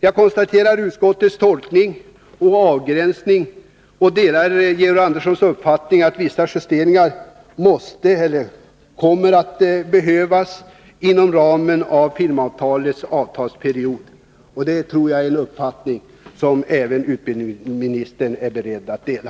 Jag noterar utskottets tolkning och avgränsning och delar Georg Anderssons uppfattning att vissa justeringar kommer att behövas inom ramen för filmavtalets avtalsperiod. Det tror jag är en uppfattning som även utbildningsministern är beredd att dela.